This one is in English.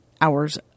hours